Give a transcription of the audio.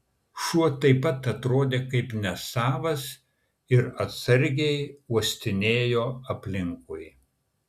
šuo taip pat atrodė kaip nesavas ir atsargiai uostinėjo aplinkui